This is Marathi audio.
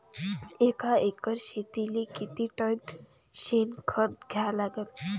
एका एकर शेतीले किती टन शेन खत द्या लागन?